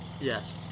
Yes